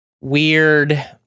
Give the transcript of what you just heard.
weird